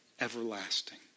everlasting